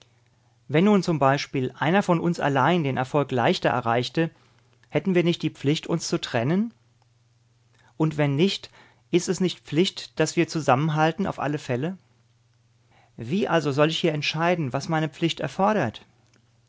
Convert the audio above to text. wenn nun zum beispiel einer von uns allein den erfolg leichter erreichte hätten wir nicht die pflicht uns zu trennen und wenn nicht ist es nicht pflicht daß wir zusammenhalten auf alle fälle wie also soll ich hier entscheiden was meine pflicht erfordert